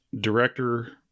director